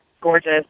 gorgeous